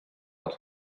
els